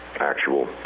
actual